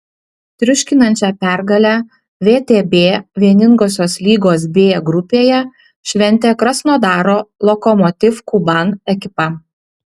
triuškinančią pergalę vtb vieningosios lygos b grupėje šventė krasnodaro lokomotiv kuban ekipa